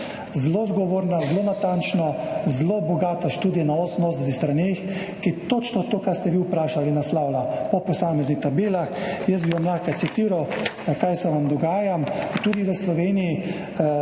Zelo zgovorna, zelo natančno, zelo bogata študija na 88 straneh, ki točno to, kar ste vi vprašali, naslavlja po posameznih tabelah. Jaz bi vam lahko citiral, kaj se vam dogaja tudi v Sloveniji.